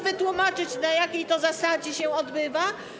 wytłumaczyć, na jakiej zasadzie to się odbywa.